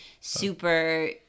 super